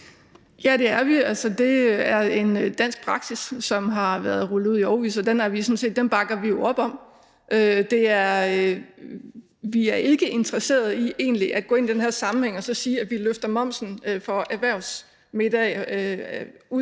Ja, det er vi. Det er en dansk praksis, som har været rullet ud i årevis, og den bakker vi op om. Vi er egentlig ikke interesserede i at gå ud og så sige, at vi løfter momsen for erhvervsmiddage ind